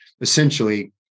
essentially